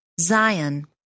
Zion